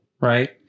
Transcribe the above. right